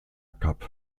cup